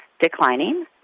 declining